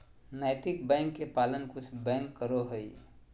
नैतिक बैंक के पालन कुछ बैंक करो हइ